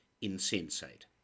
insensate